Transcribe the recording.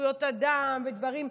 בזכויות אדם ודברים חשובים,